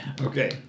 Okay